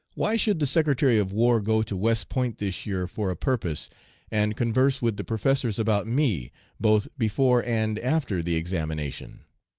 why should the secretary of war go to west point this year for a purpose and converse with the professors about me both before and after the examination?